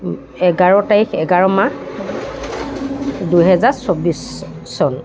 এঘাৰ তাৰিখ এঘাৰ মাহ দুহেজাৰ চব্বিছ চন